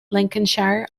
lincolnshire